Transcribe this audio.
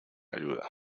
ayuda